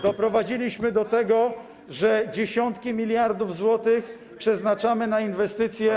Doprowadziliśmy do tego, że dziesiątki miliardów złotych przeznaczamy na inwestycje.